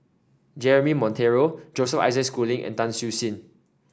Jeremy Monteiro Joseph Isaac Schooling and Tan Siew Sin